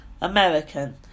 American